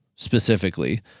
Specifically